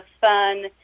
fun